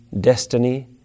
destiny